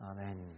Amen